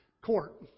court